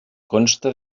consta